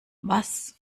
was